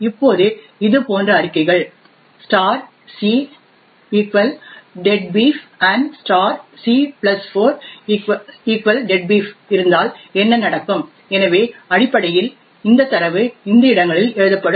இப்போது இது போன்ற அறிக்கைகள் cdeadbeef and c4 deadbeef இருந்தால் என்ன நடக்கும் எனவே அடிப்படையில் இந்த தரவு இந்த இடங்களில் எழுதப்படும்